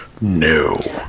No